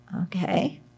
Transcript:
Okay